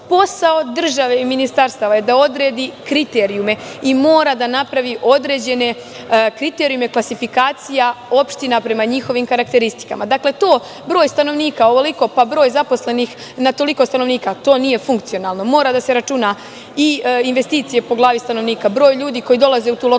Posao države i ministarstava je da odredi kriterijume i mora da napravi određene kriterijume klasifikacija opština po njihovim karakteristikama. Broj stanovnika pa ovoliko, pa broj zaposlenih na toliko stanovnika nije funkcionalno. Moraju da se računaju investicije po glavi stanovnika, broj ljudi koji dolaze u tu lokalnu